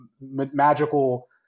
magical